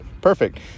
perfect